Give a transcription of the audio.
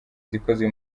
zikoze